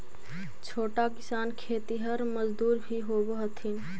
छोटा किसान खेतिहर मजदूर भी होवऽ हथिन